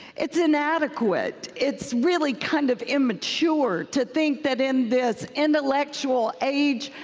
it's inadequate. it's really kind of immature to think that in this intellectual age,